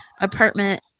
apartment